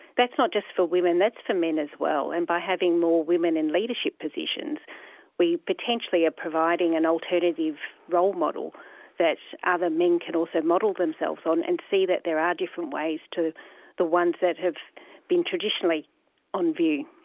that's not just for women, that's for men as well, and by having more women in leadership positions we potentially are ah providing an alternative role model that other men can also model themselves on and see that there are different ways to the ones that have been traditionally on view.